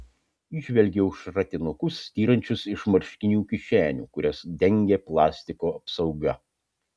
įžvelgiau šratinukus styrančius iš marškinių kišenių kurias dengė plastiko apsauga